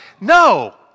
no